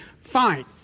fine